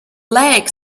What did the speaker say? lake